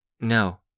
No